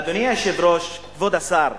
אדוני היושב-ראש, כבוד השר,